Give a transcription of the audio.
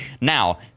now